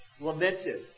lamented